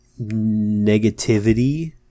negativity